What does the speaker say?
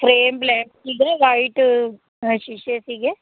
frame black ਸੀਗਾ white ਅ ਸ਼ੀਸ਼ੇ ਸੀਗੇ